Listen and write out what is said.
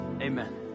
Amen